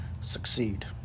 succeed